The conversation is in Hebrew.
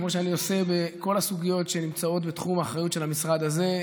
כמו שאני עושה בכל הסוגיות שנמצאות בתחום האחריות של המשרד הזה,